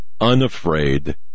unafraid